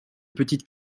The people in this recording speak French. petites